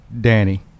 Danny